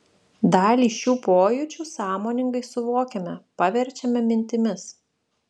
dalį šių pojūčių sąmoningai suvokiame paverčiame mintimis